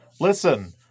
Listen